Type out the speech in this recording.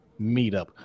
meetup